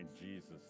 Jesus